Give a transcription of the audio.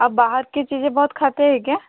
आप बाहर की चीज़े बहुत खाती हैं क्या